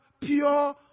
pure